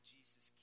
Jesus